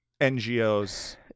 NGOs